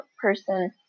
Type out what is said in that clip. person